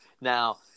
Now